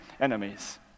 enemies